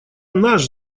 наш